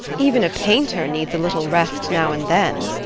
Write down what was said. even a painter needs a little rest now and then.